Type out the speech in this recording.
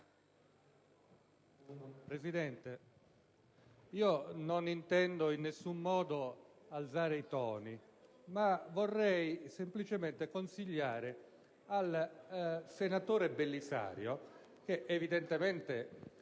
Presidente, non intendo in alcun modo alzare i toni del dibattito, ma vorrei semplicemente consigliare al senatore Belisario - che evidentemente